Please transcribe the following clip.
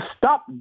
stop